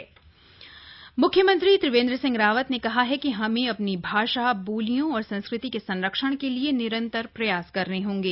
आखर एप म्ख्यमंत्री त्रिवेन्द्र सिंह रावत ने कहा है कि हमें अपनी भाषा बोलियों और संस्कृति के संरक्षण के लिए निरन्तर प्रयास करने होंगे